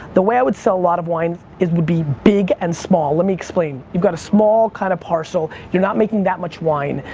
the way i would sell a lot of wine is we'd be big and small. let me explain, you've got a small kind of parcel, you're not making that much wine,